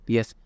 Yes